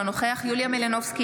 אינו נוכח יוליה מלינובסקי,